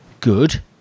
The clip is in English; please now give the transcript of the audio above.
Good